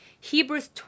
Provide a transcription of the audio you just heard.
Hebrews